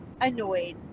annoyed